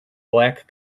black